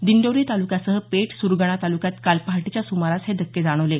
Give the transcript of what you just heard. दिंडोरी तालुक्यासह पेठ सुरगाणा तालुक्यात काल पहाटेच्या सुमारास हे धक्के जाणवले